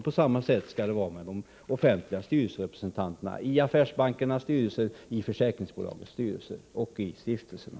På samma sätt skall det vara med de offentliga resentanterna i affärsbankernas styrelser, i försäkringsbolagens styrelser och i stiftelserna.